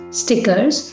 stickers